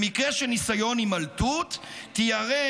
במקרה של ניסיון הימלטות, תיירה